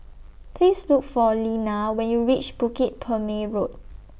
Please Look For Leana when YOU REACH Bukit Purmei Road